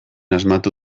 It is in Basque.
asmatu